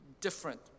different